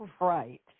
right